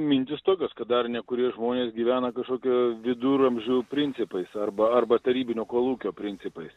mintys tokios kad dar nekurie žmonės gyvena kažkokių viduramžių principais arba arba tarybinio kolūkio principais